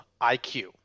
IQ